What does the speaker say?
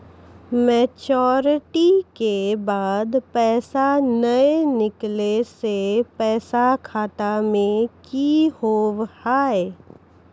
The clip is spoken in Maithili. मैच्योरिटी के बाद पैसा नए निकले से पैसा खाता मे की होव हाय?